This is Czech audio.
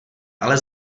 ale